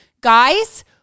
Guys